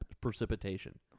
precipitation